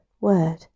word